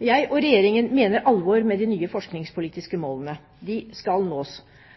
Jeg og Regjeringen mener alvor med de nye forskningspolitiske målene. De skal nås.